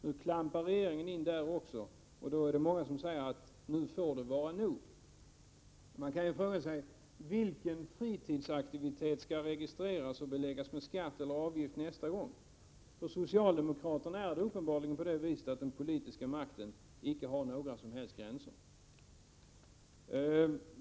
Nu klampar regeringen in också där och då anser många att det nu får vara nog. Man kan fråga sig: Vilken fritidsaktivitet skall registreras och beläggas med skatt och avgift nästa gång? För socialdemokraterna har uppenbarligen den politiska makten inte några som helst gränser.